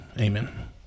Amen